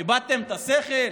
איבדתם את השכל?